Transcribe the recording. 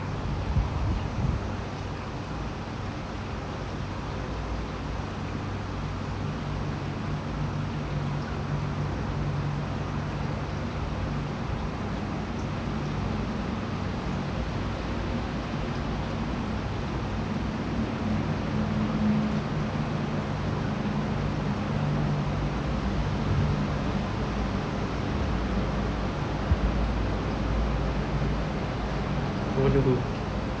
I wonder who